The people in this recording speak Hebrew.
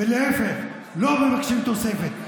להפך, לא מבקשים תוספת.